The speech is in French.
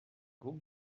groupe